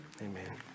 Amen